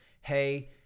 hey